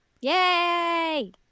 Yay